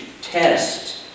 test